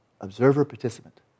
Observer-participant